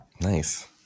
Nice